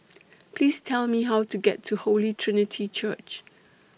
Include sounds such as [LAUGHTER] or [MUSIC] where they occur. [NOISE] Please Tell Me How to get to Holy Trinity Church